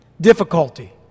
difficulty